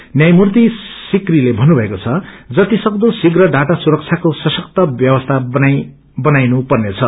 न्यायमूर्ति सीकरीले मन्नुभएको छ जतिसक्दो श्रीव्र डाटा सुरक्षको सशक्त व्यवस्या बनाईनुपर्नेछ